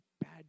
bad